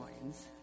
coins